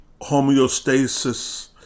homeostasis